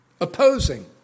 opposing